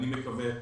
אני מקווה.